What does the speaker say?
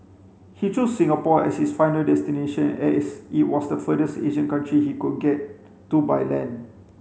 he chose Singapore as his final destination as it was the furthest Asian country he could get to by land